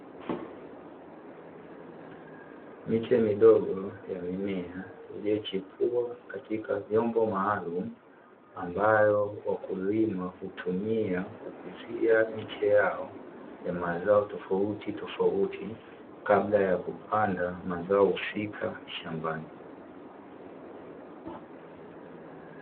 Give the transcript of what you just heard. Miche midogo ya mimea iliyochipua katika vyombo maalumu, ambayo wakulima hutumia kukuzia miche yao ya mazao tofautitofauti kabla ya kupanda mazao husika shambani.